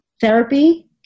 Therapy